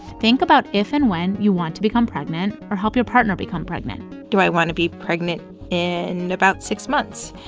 think about if and when you want to become pregnant or help your partner become pregnant do i want to be pregnant in about six months?